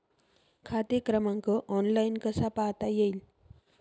खाते क्रमांक ऑनलाइन कसा पाहता येईल?